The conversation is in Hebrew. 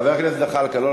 חבר הכנסת זחאלקה,